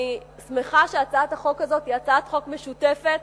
אני שמחה שהצעת החוק הזאת היא הצעת חוק משותפת